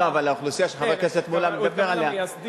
אבל אני מדבר על האוכלוסייה שחבר הכנסת מולה מדבר עליה.